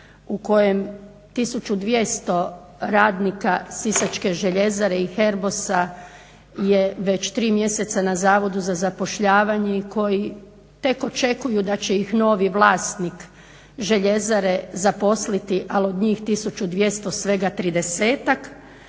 u kojem 1200 radnika Sisačke željezare i Herbosa je već 3 mjeseca na Zavodu za zapošljavanje i koji tek očekuju da će ih novi vlasnik željezare zaposliti. Ali, od njih 1200 svega 30-ak